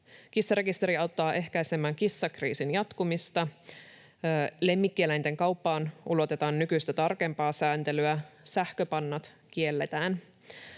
Kissarekisteri auttaa ehkäisemään kissakriisin jatkumista. Lemmikkieläinten kauppaan ulotetaan nykyistä tarkempaa sääntelyä, sähköpannat kielletään.